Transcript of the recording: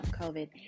covid